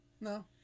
no